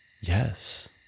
Yes